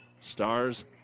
Stars